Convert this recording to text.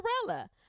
Cinderella